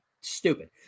Stupid